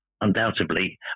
undoubtedly